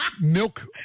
milk